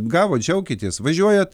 gavot džiaukitės važiuojat